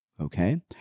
okay